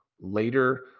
later